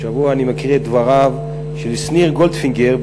השבוע אני מקריא את דבריו של שניר גולדפינגר,